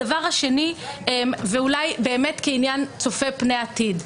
הדבר השני, ואולי כעניין צופה פני עתיד.